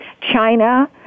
China